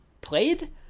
played